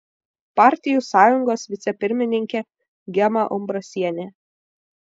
partijų sąjungos vicepirmininkė gema umbrasienė